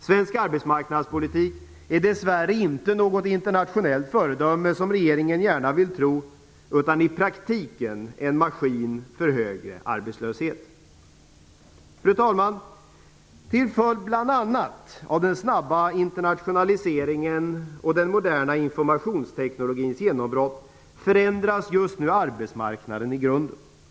Svensk arbetsmarknadspolitik är dess värre inte något internationellt föredöme, såsom regeringen gärna vill tro, utan i praktiken en maskin för högre arbetslöshet. Fru talman! Till följd bl.a. av den snabba internationaliseringen och den moderna informationsteknikens genombrott förändras just nu arbetsmarknaden i grunden.